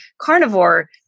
carnivore